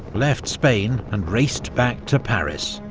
left spain and raced back to paris,